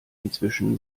inzwischen